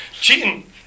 cheating